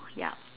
ya